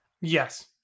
Yes